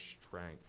strength